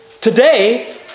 Today